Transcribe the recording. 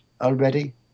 already